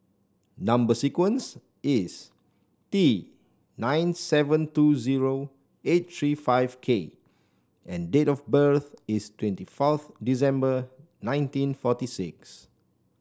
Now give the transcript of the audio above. number sequence is T nine seven two zero eight three five K and date of birth is twenty fourth December nineteen forty six